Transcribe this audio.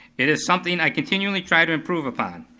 it is something i continually try to improve upon.